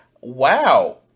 Wow